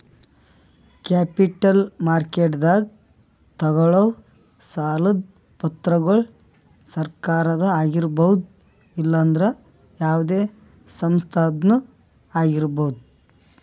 capital ಮಾರ್ಕೆಟ್ದಾಗ್ ತಗೋಳವ್ ಸಾಲದ್ ಪತ್ರಗೊಳ್ ಸರಕಾರದ ಆಗಿರ್ಬಹುದ್ ಇಲ್ಲಂದ್ರ ಯಾವದೇ ಸಂಸ್ಥಾದ್ನು ಆಗಿರ್ಬಹುದ್